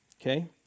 Okay